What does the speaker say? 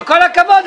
עם כל הכבוד,